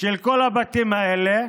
של כל הבתים האלה,